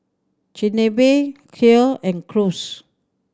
Chigenabe Kheer and Gyros